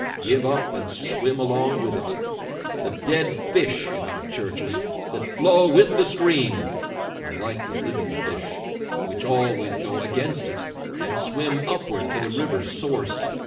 give up and swim along with it the dead fish in our churches that flow with the stream unlike the living fish which always go against it and swim upward to the rivers source.